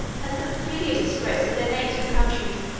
as the peculiar disgrace of their native country.